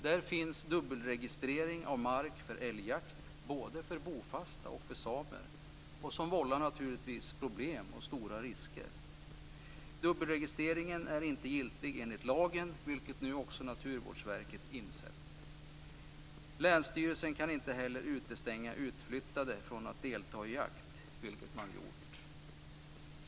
Där finns dubbelregistrering av mark för älgjakt både för bofasta och samer. Det vållar naturligtvis problem och medför stora risker. Dubbelregistreringen är inte giltig enligt lagen, vilket nu också Naturvårdsverket har insett. Länsstyrelsen kan inte heller utestänga utflyttade från att delta i jakt, vilket man tidigare har gjort.